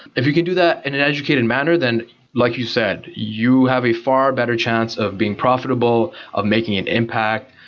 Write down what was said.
if you could do that in an educated manner, then like you said, you have a far better chance of being profitable, of making an impact,